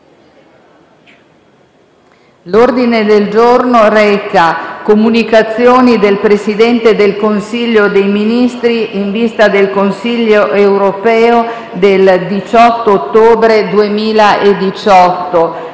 L'ordine del giorno reca: «Comunicazioni del Presidente del Consiglio dei ministri in vista del Consiglio europeo del 18 ottobre 2018